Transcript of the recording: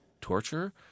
torture